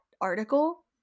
article